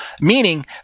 Meaning